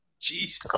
Jesus